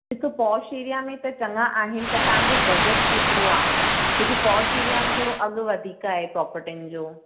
हिक posh area में त चङा आहिनि पर तव्हां जो बजट केतिरो आहे छोके पोश एरिआ में थोरो अघु वधीक आहे प्रॉपटिनि जो